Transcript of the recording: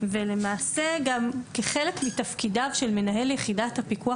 חלק מתפקידיו של מנהל יחידת הפיקוח